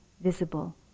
visible